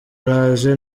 araje